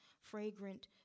fragrant